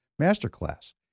Masterclass